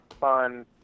fun